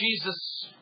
Jesus